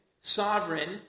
sovereign